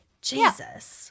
Jesus